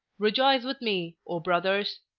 rejoice with me, o brothers!